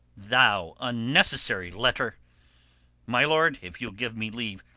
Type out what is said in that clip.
thou unnecessary letter my lord, if you'll give me leave,